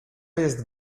jest